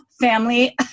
family